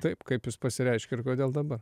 taip kaip jis pasireiškia ir kodėl dabar